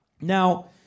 Now